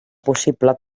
possible